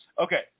Okay